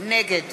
נגד